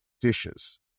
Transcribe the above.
dishes